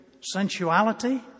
sensuality